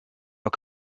are